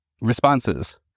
responses